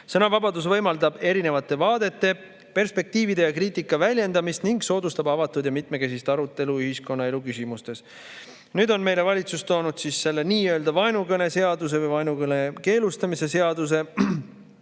Sõnavabadus võimaldab erinevate vaadete, perspektiivide ja kriitika väljendamist ning soodustab avatud ja mitmekesist arutelu ühiskonnaelu küsimustes. Nüüd on meile valitsus toonud selle nii-öelda vaenukõne seaduse või vaenukõne keelustamise seaduse,